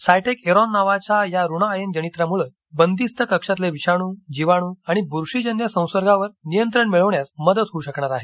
सायटेक Airon नावाच्या या ऋण आयन जनित्रामुळे बंदिस्त कक्षातले विषाणू जीवाणू आणि ब्रशीजन्य संसर्गावर नियंत्रण मिळविण्यास मदत होऊ शकणार आहे